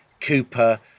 Cooper